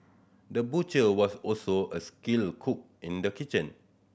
the butcher was also a skilled cook in the kitchen